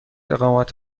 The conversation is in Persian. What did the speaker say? اقامت